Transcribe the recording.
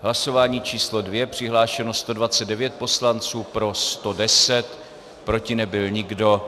Hlasování číslo 2, přihlášeno 129 poslanců, pro 110, proti nebyl nikdo.